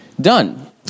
done